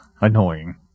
annoying